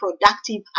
productive